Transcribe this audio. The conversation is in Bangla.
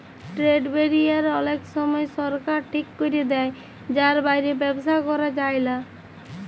ট্রেড ব্যারিয়ার অলেক সময় সরকার ঠিক ক্যরে দেয় যার বাইরে ব্যবসা ক্যরা যায়লা